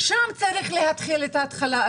שם צריך להתחיל את ההתחלה.